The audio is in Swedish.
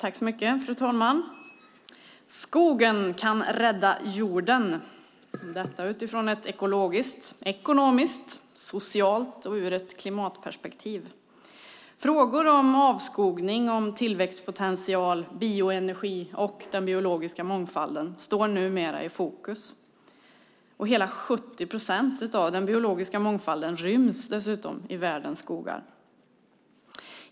Fru talman! Skogen kan rädda jorden - detta ur ett ekologiskt, ekonomiskt, socialt och klimatrelaterat perspektiv. Frågor om avskogning, tillväxtpotential, bioenergi och biologisk mångfald står numera i fokus. Hela 70 procent av den biologiska mångfalden ryms i världens skogar.